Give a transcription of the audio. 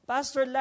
Pastor